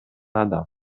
адам